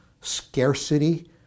scarcity